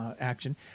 action